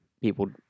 people